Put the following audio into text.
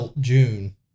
June